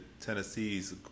Tennessee's